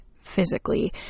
physically